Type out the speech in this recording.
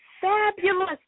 fabulous